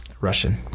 russian